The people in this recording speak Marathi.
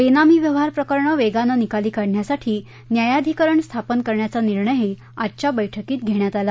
बेनामी व्यवहार प्रकरणं वेगाने निकाली काढण्यासाठी न्यायाधिकरण स्थापन करण्याचा निर्णयही आजच्या बैठकीत घेण्यात आला